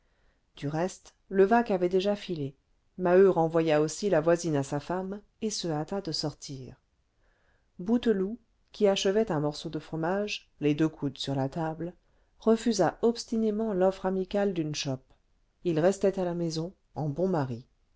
du reste levaque avait déjà filé maheu renvoya aussi la voisine à sa femme et se hâta de sortir bouteloup qui achevait un morceau de fromage les deux coudes sur la table refusa obstinément l'offre amicale d'une chope il restait à la maison en bon mari